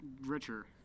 richer